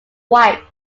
whites